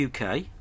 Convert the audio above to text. UK